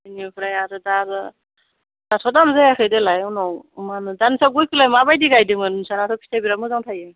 बिनिफ्राय आरो दा आरो दाथ' दाम जायाखै देलाय उनाव माहोनो दानोस्रा गयखौलाय माबायदि गायदोमोन नोंस्रा आरो फिथाइफोरा मोजां थाइयो